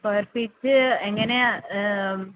square feet എങ്ങനെയാണ്